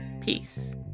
Peace